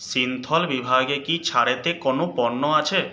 সিনথল বিভাগে কি ছাড়েতে কোনও পণ্য আছে